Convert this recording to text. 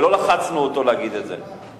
ולא לחצנו אותו להגיד את זה.